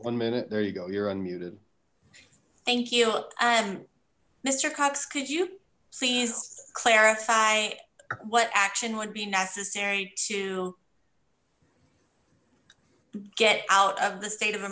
one minute there you go you're unmuted thank you um mister cox could you please clarify what action would be necessary to get out of the state of